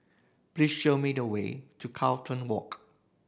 please show me the way to Carlton Walk